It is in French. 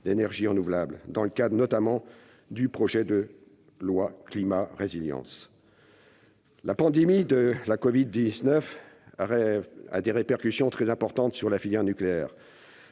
d'énergies renouvelables, dans le cadre notamment du projet de loi Climat et résilience. La pandémie de la covid-19 a des répercussions très importantes sur la filière nucléaire.